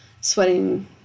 sweating